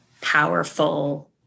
powerful